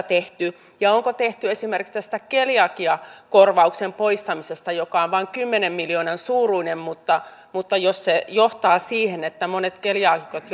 tehty ja onko tehty esimerkiksi tästä keliakiakorvauksen poistamisesta se on vain kymmenen miljoonan suuruinen mutta mutta jos se johtaa siihen että monilla keliaakikoilla